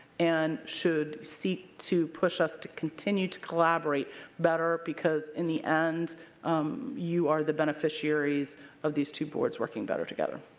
and should seek to push us to continue to collaborate better because in the end you are the beneficiaries of these two boards working better together.